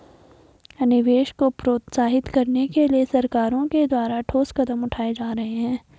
निवेश को प्रोत्साहित करने के लिए सरकारों के द्वारा ठोस कदम उठाए जा रहे हैं